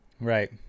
Right